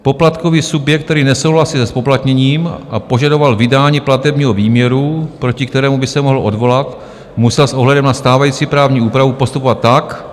Poplatkový subjekt, který nesouhlasí se zpoplatněním a požadoval vydání platebního výměru, proti kterému by se mohl odvolat, musel s ohledem na stávající právní úpravu postupovat tak...